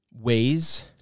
ways